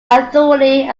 authority